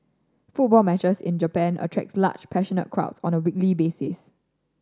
football matches in Japan attracts large passionate crowds on a weekly basis